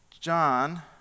John